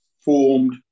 formed